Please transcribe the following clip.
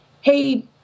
Hey